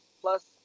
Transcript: Plus